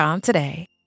today